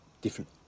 different